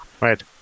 right